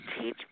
teach